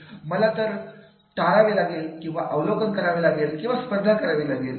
मला एक तर टाळावे लागेल किंवा अवलोकन करावे लागेल किंवा स्पर्धा करावी लागेल